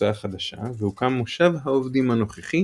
לקבוצה החדשה והוקם מושב העובדים הנוכחי